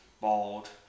bald